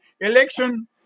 election